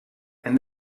and